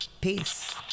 Peace